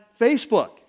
Facebook